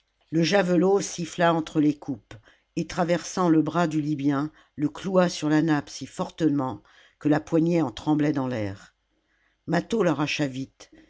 le javelot siffla entre les coupes et traversant le bras du libyen le cloua sur la nappe si fortement que la poignée en tremblait dans l'air mâtho l'arracha vite